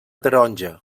taronja